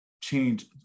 change